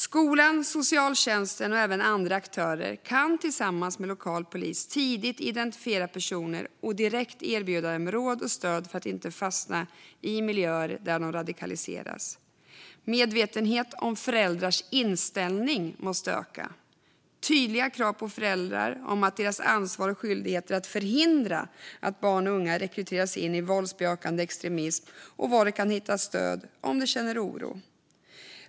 Skolan, socialtjänsten och även andra aktörer kan tillsammans med lokal polis tidigt identifiera personer och direkt erbjuda dem råd och stöd för att de inte ska fastna i miljöer där de radikaliseras. Medvetenhet om föräldrars inställning måste öka med tydliga krav på föräldrar om deras ansvar och skyldigheter att förhindra att barn och unga rekryteras in i våldsbejakande extremism och information om var de kan hitta stöd om de känner oro.